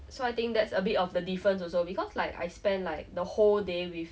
so I think that's a bit of the difference also because like I spend like the whole day with